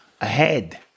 ahead